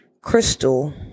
crystal